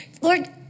Lord